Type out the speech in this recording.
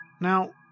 Now